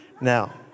Now